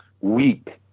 weak